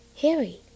Harry